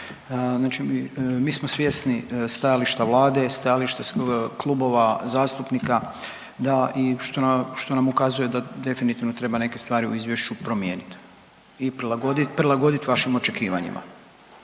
mi smo svjesni stajališta vlade, stajališta klubova zastupnika da i što nam ukazuje da definitivno treba neke stvari u izvješću promijenit i prilagodit vašim očekivanjima.